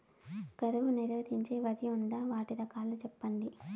కరువు నిరోధించే వరి ఉందా? వాటి రకాలు చెప్పండి?